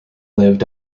lived